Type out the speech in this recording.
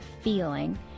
feeling